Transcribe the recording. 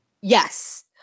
Yes